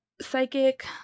psychic